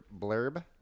blurb